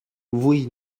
vui